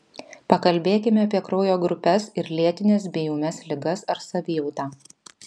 pakalbėkime apie kraujo grupes ir lėtines bei ūmias ligas ar savijautą